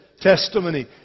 testimony